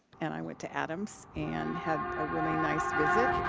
and i went to adams and had a really nice visit,